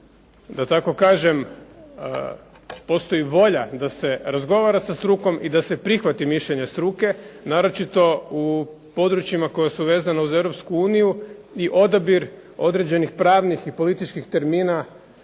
da tako kažem postoji volja da se razgovara sa strukom i da se prihvate mišljenja struke, naročito u područjima koje su vezane uz Europsku uniju i odabir određenih pravnih i političkih termina